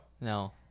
No